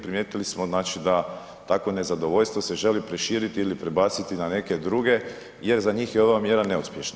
Primijetili smo znači da takvo nezadovoljstvo se želi proširiti ili prebaciti na neke druge jer za njih je ova mjera neuspješna.